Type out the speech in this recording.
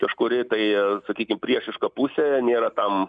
kažkuri tai sakykim priešiška pusė nėra tam